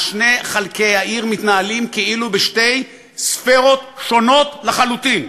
שני חלקי העיר מתנהלים כאילו בשתי ספירות שונות לחלוטין.